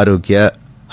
ಆರೋಗ್ಯ